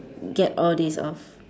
get all this off